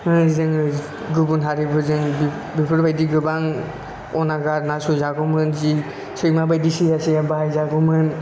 जोङो गुबुन हारिफोरजों बेफोरबायदि गोबां अनागार जि नासयजागौमोन जि सैमाबायदि सैया सैया बाहाय जागौमोन